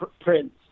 Prince